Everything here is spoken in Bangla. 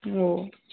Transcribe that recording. ও